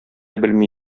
белми